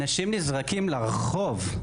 אנשים נזרקים לרחוב,